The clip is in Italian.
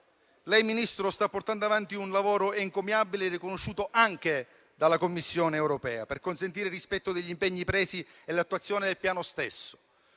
Lei, Ministro, sta portando avanti un lavoro encomiabile, riconosciuto anche dalla Commissione europea per consentire il rispetto degli impegni presi e l'attuazione del Piano stesso.